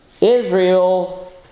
Israel